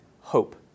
hope